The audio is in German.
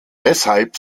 deshalb